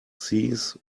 cease